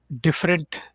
different